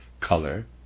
color